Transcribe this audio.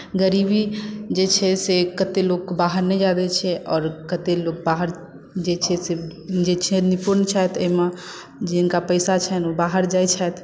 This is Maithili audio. गरीबी जे छै से कतेक लोककेँ बाहर नहि जाय दैत छै आओर कतेक लोक बाहर जे छै से जे छै निपुण छथि एहिमे जिनका पैसा छनि ओ बाहर जाइत छथि